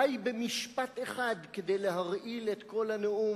די במשפט אחד כדי להרעיל את כל הנאום